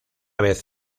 vez